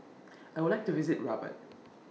I Would like to visit Rabat